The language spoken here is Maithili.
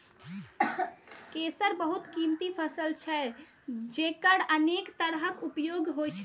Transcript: केसर बहुत कीमती फसल छियै, जेकर अनेक तरहक उपयोग होइ छै